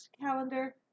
calendar